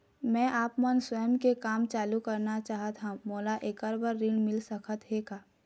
मैं आपमन स्वयं के काम चालू करना चाहत हाव, मोला ऐकर बर ऋण मिल सकत हे का?